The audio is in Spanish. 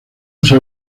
usa